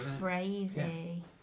crazy